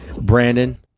Brandon